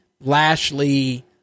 Lashley